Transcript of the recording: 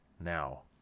Now